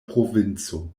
provinco